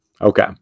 Okay